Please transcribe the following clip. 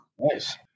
Nice